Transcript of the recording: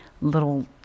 little